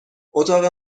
اتاق